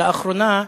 לאחרונה,